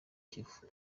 kivu